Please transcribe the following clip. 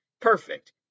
Perfect